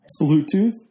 Bluetooth